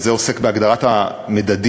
והוא עוסק בהגדרת המדדים,